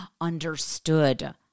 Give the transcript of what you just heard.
understood